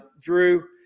Drew